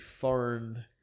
foreign